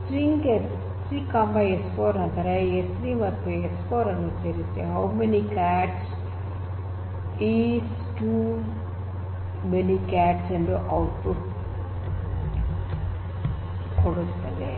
string s3 s4 ಅಂದರೆ s3 ಮತ್ತು s4 ಸೇರಿಸಿ how many cats is too many cats ಎಂದು ಔಟ್ಪುಟ್ ಕೊಡುತ್ತದೆ